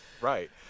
Right